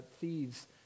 thieves